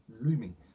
looming